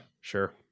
Sure